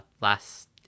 last